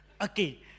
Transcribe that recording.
Okay